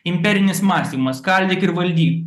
imperinis mąstymas skaldyk ir valdyk